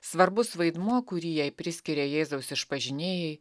svarbus vaidmuo kurį jai priskiria jėzaus išpažinėjai